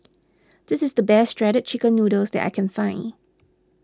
this is the best Shredded Chicken Noodles that I can find